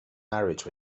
marriage